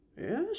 Yes